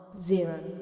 Zero